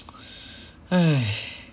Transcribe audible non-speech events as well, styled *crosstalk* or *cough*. *breath*